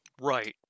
Right